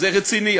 זה רציני.